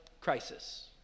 crisis